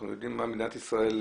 אנחנו יודעים למה מדינת ישראל חשופה.